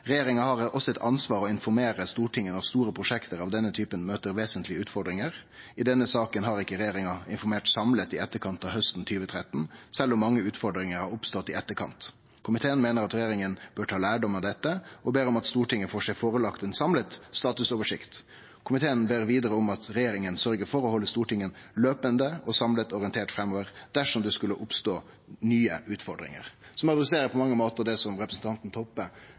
har også et ansvar for å informere Stortinget når store prosjekter av denne typen møter vesentlige utfordringer. I denne saken har ikke regjeringen informert samlet etter høsten 2013, selv om mange utfordringer har oppstått i etterkant. Komiteen mener at regjeringen bør ta lærdom av dette, og ber om at Stortinget får seg forelagt en samlet statusoversikt. Komiteen ber videre om at regjeringen sørger for å holde Stortinget løpende og samlet orientert framover, dersom det skulle oppstå nye utfordringer.» Det adresserer på mange måtar det som representanten Toppe